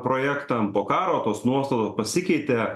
projektam po karo tos nuotaikos pasikeitė